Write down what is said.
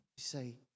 Say